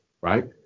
right